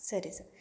ಸರಿ ಸರ್